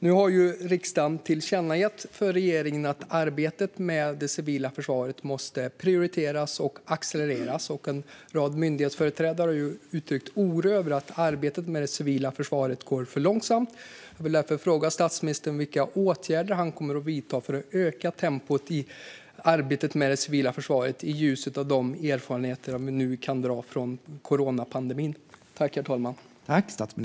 Nu har riksdagen tillkännagett för regeringen att arbetet med det civila försvaret måste prioriteras och accelereras. En rad myndighetsföreträdare har uttryckt oro över att arbetet med det civila försvaret går för långsamt. Jag vill därför fråga statsministern vilka åtgärder han kommer att vidta för att öka tempot i arbetet med det civila försvaret i ljuset av de erfarenheter vi nu kan dra av coronapandemin.